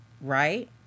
right